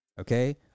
Okay